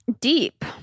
Deep